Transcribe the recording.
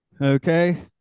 Okay